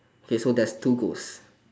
okay so there's two ghost